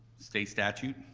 state statute,